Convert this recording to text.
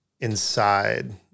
inside